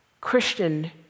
Christian